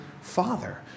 father